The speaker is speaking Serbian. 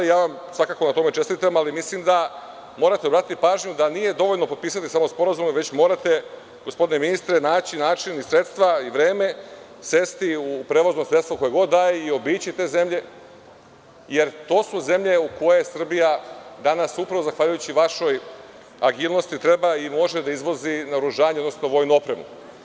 Svakako vam na tome čestitam, ali mislim da morate obratiti pažnju da nije dovoljno potpisati samo sporazume, već morate, gospodine ministre, naći način i sredstva i vreme, sesti u prevozno sredstvo koje god da je i obići te zemlje, jer to su zemlje u koje Srbija danas, upravo zahvaljujući vašoj agilnosti, treba i može da izvozi naoružanje, odnosno vojnu opremu.